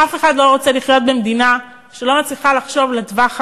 אף אחד לא רוצה לחיות במדינה שלא מצליחה לחשוב לטווח הארוך,